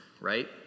right